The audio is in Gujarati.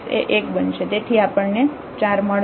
તેથી આપણને 4 મળશે